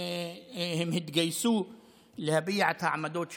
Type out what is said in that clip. הם התגייסו להביע את העמדות שלהם.